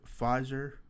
Pfizer